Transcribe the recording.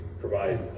provide